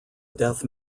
death